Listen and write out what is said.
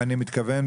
אני מתכוון,